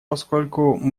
поскольку